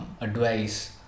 advice